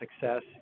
success